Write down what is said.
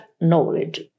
knowledge